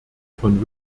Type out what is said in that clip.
von